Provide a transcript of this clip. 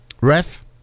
ref